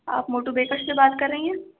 آپ Moto Baker سے بات کر رہی ہیں